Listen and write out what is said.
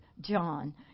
John